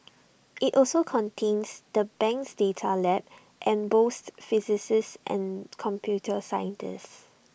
IT also contains the bank's data lab and boasts physicists and computer scientists